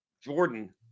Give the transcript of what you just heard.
Jordan